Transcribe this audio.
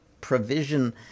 provision